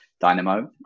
Dynamo